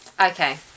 Okay